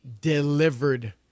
delivered